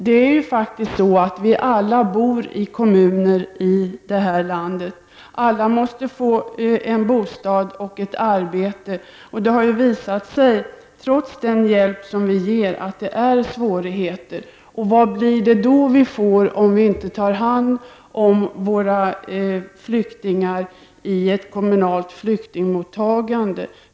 Det är ju faktiskt så att vi alla bor i kommuner här i landet. Alla måste få en bostad och ett arbete. Det har ju visat sig — trots den hjälp som vi ger — att det är svårigheter. Vad blir det då vi får, om vi inte tar hand om våra flyktingar i ett kommunalt flyktingmottagande?